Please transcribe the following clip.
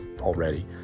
already